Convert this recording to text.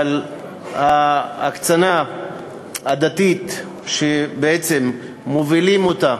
אבל ההקצנה הדתית, שבעצם מובילים אותה